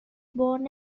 born